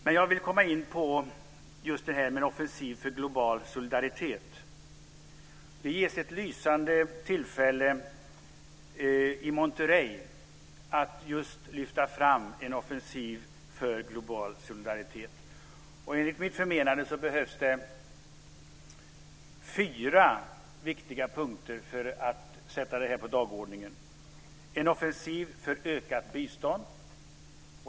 Men jag vill komma in på just detta med en offensiv för global solidaritet. Det ges ett lysande tillfälle i Monterrey att lyfta fram en offensiv för global solidaritet. Enligt mitt förmenande behövs det fyra viktiga punkter för att sätta det här på dagordningen: - En offensiv för ökat bistånd.